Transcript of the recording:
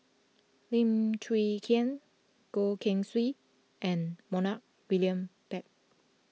Lim Chwee Chian Goh Keng Swee and Montague William Pett